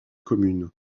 communes